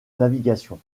navigation